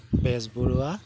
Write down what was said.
Bezbaroa